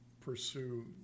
pursue